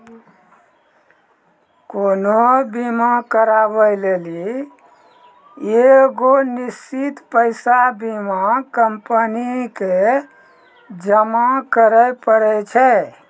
कोनो बीमा कराबै लेली एगो निश्चित पैसा बीमा कंपनी के जमा करै पड़ै छै